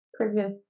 previous